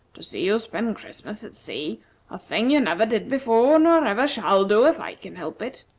to see you spend christmas at sea a thing you never did before, nor ever shall do, if i can help it.